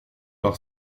par